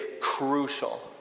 crucial